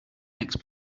next